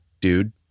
dude